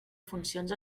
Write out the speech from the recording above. funcions